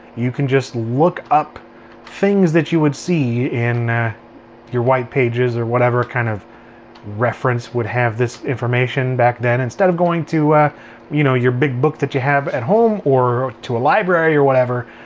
you can just look up things that you would see in your whitepages or whatever kind of reference would have this information back then. instead of going to you know your big book that you have at home or to a library or whatever,